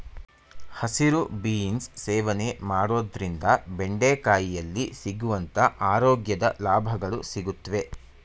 ಹಸಿರು ಬೀನ್ಸ್ ಸೇವನೆ ಮಾಡೋದ್ರಿಂದ ಬೆಂಡೆಕಾಯಿಯಲ್ಲಿ ಸಿಗುವಂತ ಆರೋಗ್ಯದ ಲಾಭಗಳು ಸಿಗುತ್ವೆ